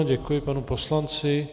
Děkuji panu poslanci.